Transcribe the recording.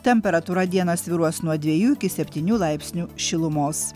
temperatūra dieną svyruos nuo dvejų iki septynių laipsnių šilumos